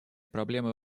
проблемы